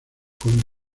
con